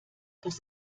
das